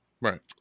Right